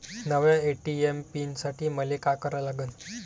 नव्या ATM PIN साठी मले का करा लागन?